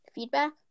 Feedback